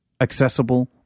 Accessible